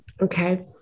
okay